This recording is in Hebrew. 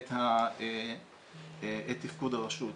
את תפקוד הרשות.